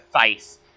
face